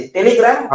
Telegram